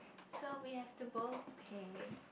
so we have to both pay